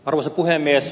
arvoisa puhemies